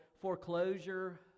Foreclosure